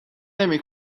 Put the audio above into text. نمی